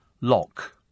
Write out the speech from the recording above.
lock